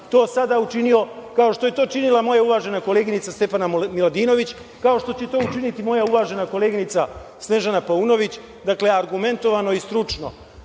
to sada učinio, kao što je to činila moja uvažena koleginica Stefana Miladinović, kao što će to učiniti moja uvažena koleginica Snežana Paunović, dakle argumentovano i stručno,